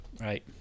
Right